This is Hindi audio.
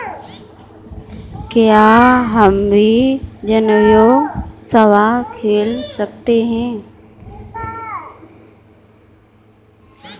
क्या हम भी जनोपयोगी सेवा खोल सकते हैं?